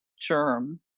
germ